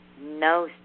no